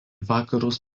vakarus